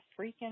freaking